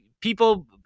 people